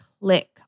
click